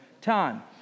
time